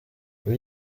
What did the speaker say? iyo